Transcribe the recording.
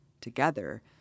together